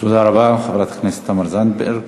תודה רבה, חברת הכנסת תמר זנדברג.